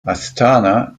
astana